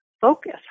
focus